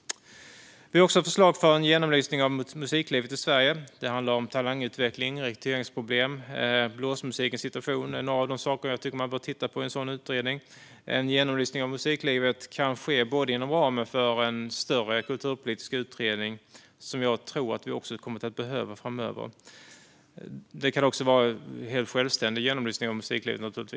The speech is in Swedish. Vi har också förslag om en genomlysning av musiklivet i Sverige. Talangutveckling, rekryteringsproblem och blåsmusikens situation är några av de saker jag tycker att man bör titta på i en sådan utredning. En genomlysning av musiklivet kan ske inom ramen för en större kulturpolitisk utredning, som jag tror att vi kommer att behöva framöver. Det kan naturligtvis också vara en helt självständig genomlysning av musiklivet.